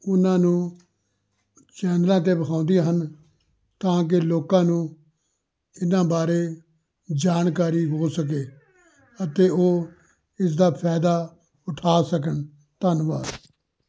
ਉਨ੍ਹਾਂ ਨੂੰ ਚੈਨਲਾਂ 'ਤੇ ਵਿਖਾਉਂਦੀਆਂ ਹਨ ਤਾਂ ਕਿ ਲੋਕਾਂ ਨੂੰ ਇਹਨਾਂ ਬਾਰੇ ਜਾਣਕਾਰੀ ਹੋ ਸਕੇ ਅਤੇ ਉਹ ਇਸ ਦਾ ਫਾਇਦਾ ਉਠਾ ਸਕਣ ਧੰਨਵਾਦ